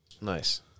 Nice